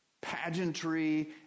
pageantry